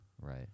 Right